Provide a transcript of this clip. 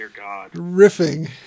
riffing